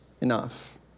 enough